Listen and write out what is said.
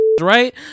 right